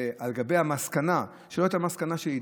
על גבי המסקנה שלא הייתה מסקנה שלי,